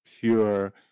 pure